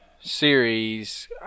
series